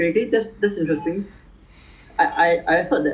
like I know they're military police